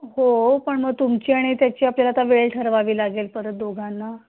हो पण मग तुमची आणि त्याची आपल्याला आता वेळ ठरवावी लागेल परत दोघांना